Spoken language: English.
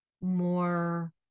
More